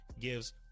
gives